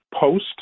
post